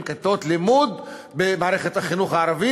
כיתות לימוד במערכת החינוך הערבית,